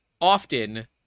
often